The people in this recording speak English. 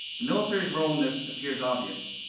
the military's role in this appears obvious,